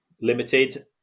Limited